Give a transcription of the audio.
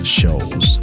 shows